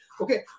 Okay